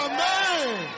Amen